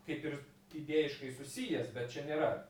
kaip ir idėjiškai susijęs bet čia nėra